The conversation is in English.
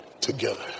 together